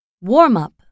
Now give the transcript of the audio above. Warm-up